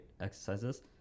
exercises